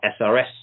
SRS